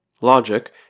Logic